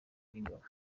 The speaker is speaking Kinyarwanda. b’ingabo